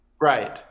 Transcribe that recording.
right